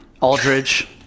Aldridge